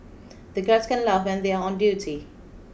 the guards can't laugh when they are on duty